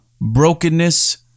brokenness